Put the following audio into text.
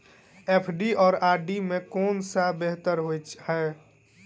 FD आ RD मे केँ सा बेहतर होइ है?